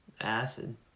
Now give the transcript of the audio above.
acid